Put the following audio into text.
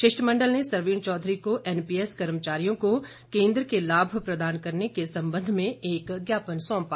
शिष्टमंडल ने सरवीण चौधरी को एनपीएस कर्मचारियों को केन्द्र के लाभ प्रदान करने के संबंध में एक ज्ञापन सौंपा